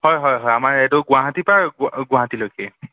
হয় হয় হয় আমাৰ এইটো গুৱাহাটী পৰা গুৱাহাটীলৈকে